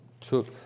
took